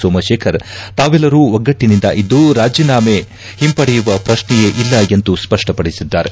ಸೋಮಶೇಖರ್ ತಾವೆಲ್ಲರೂ ಒಗ್ಗಟ್ಟನಿಂದ ಇದ್ದು ರಾಜೀನಾಮ ಹಿಂಪಡೆಯುವ ಪ್ರಶ್ನೆಯೇ ಇಲ್ಲ ಎಂದು ಸ್ಪಷ್ಟಪಡಿಸಿದ್ದಾರೆ